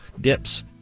dips